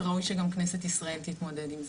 וראוי שגם כנסת ישראל תתמודד עם זה.